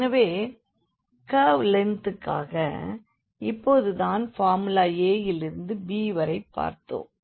எனவே கர்வ் லெங்க்த்க்காக இப்பொழுது தான் பார்முலா a விலிருந்து b வரை பார்த்தோம்